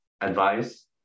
advice